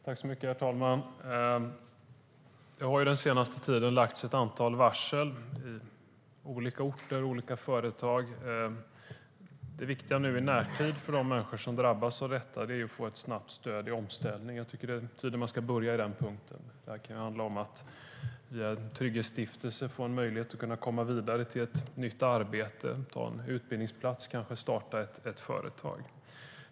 Herr talman! Det har den senaste tiden lagts ett antal varsel på olika orter av olika företag. Det viktiga i närtid för de människor som drabbas av detta är att de får ett snabbt stöd i omställning. Jag tycker att man ska börja med den punkten. Det kan handla om att man via Trygghetsstiftelsen får en möjlighet att komma vidare till ett nytt arbete, ta en utbildningsplats eller kanske starta ett företag.